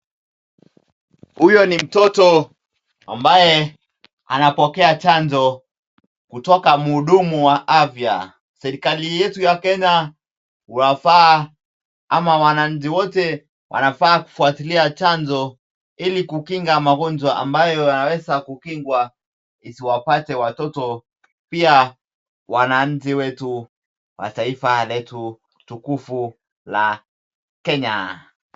Huyo ni mtoto, ambaye, anapokea chanjo, kutoka muhudumu wa avya, serikali yetu ya Kenya wafaa, ama wanainji wote, wafaa kufuatilia ile ya chanjo, ili kukinga magonjwa ambayo yawesa kukingwa, isiwapate watoto, pia, wanainji wetu, wa taifa letu tukufu, la, Kenya.